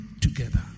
together